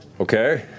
Okay